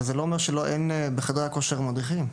אבל זה לא אומר שאין בחדרי הכושר מדריכים.